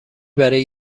برای